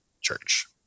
church